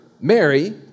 Mary